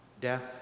death